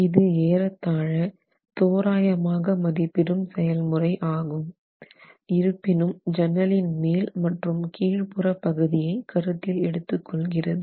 இது ஏறத்தாழ தோராயமாக மதிப்பிடும் செயல்முறை ஆகும் இருப்பினும் ஜன்னலின் மேல் மற்றும் கீழ்ப்புற பகுதியை கருத்தில் எடுத்துக் கொள்கிறது